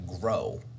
grow